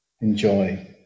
enjoy